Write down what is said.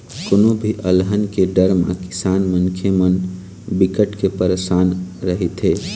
कोनो भी अलहन के डर म किसान मनखे मन बिकट के परसान रहिथे